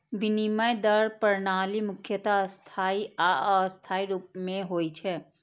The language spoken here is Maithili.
विनिमय दर प्रणाली मुख्यतः स्थायी आ अस्थायी रूप मे होइ छै